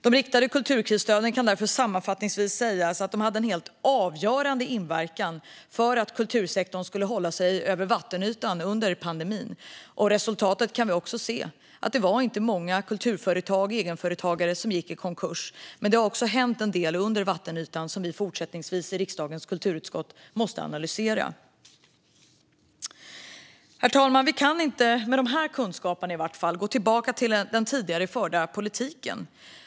De riktade kulturkrisstöden kan därför sammanfattningsvis sägas ha haft en helt avgörande inverkan för att kultursektorn skulle hålla sig över vattenytan under pandemin. Resultatet kan vi också se: Det var inte många kulturföretag eller egenföretagare som gick i konkurs. Men det har också hänt en del under vattenytan som vi fortsättningsvis i riksdagens kulturutskott måste analysera. Herr talman! Vi kan inte med de här kunskaperna gå tillbaka till den tidigare förda politiken.